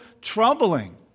troubling